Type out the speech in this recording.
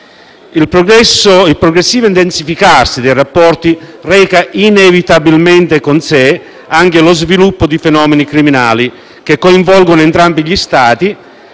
II progressivo intensificarsi dei rapporti reca inevitabilmente con sé anche lo sviluppo di fenomeni criminali, che coinvolgono entrambi gli Stati